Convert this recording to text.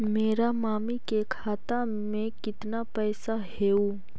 मेरा मामी के खाता में कितना पैसा हेउ?